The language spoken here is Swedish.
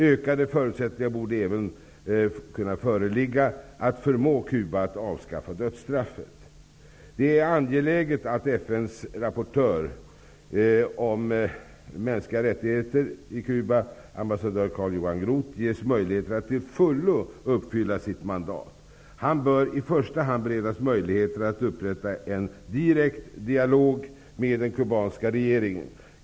Ökade förutsättningar borde även föreligga att förmå Cuba att avskaffa dödsstraffet. Det är angeläget att FN:s rapportör avseende de mänskliga rättighetera i Cuba, ambassadör Carl Johan Groth, ges möjligheter att till fullo uppfylla sitt mandat. Han bör i första hand beredas möjligheter att upprätta en direkt dialog med den kubanska regeringen.